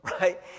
right